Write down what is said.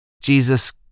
Jesus